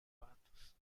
fatos